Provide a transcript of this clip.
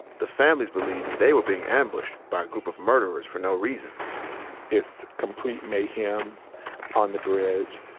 the families believed they were being ambushed by a group of murderers for no reason it's complete mayhem on the bridge.